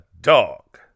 dog